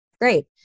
Great